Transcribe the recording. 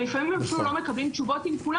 ולפעמים הם אפילו לא מקבלים תשובות עם כולם